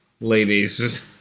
ladies